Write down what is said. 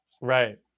Right